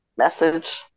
message